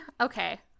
okay